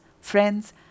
friends